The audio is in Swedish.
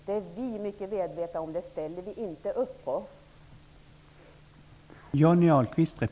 Det är vi mycket medvetna om. Vi ställer inte upp på det.